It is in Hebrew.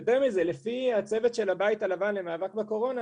יותר מזה: לפי הצוות של הבית הלבן למאבק בקורונה,